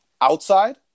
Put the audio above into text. outside